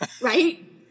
Right